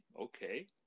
okay